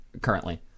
currently